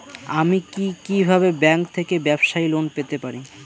আমি কি কিভাবে ব্যাংক থেকে ব্যবসায়ী লোন পেতে পারি?